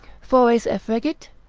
fores effregit?